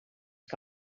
que